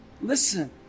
listen